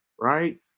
right